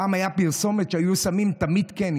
פעם הייתה פרסומת של "תמיד כן",